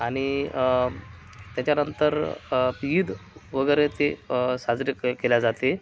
आणि त्याच्यानंतर ईद वगैरे ते साजरे क केले जाते